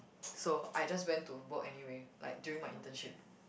so I just went to work anyway like during my internship